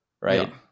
right